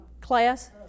class